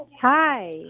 Hi